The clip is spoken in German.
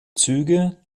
züge